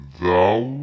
Thou